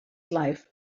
life